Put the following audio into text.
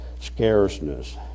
scarceness